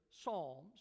psalms